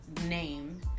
name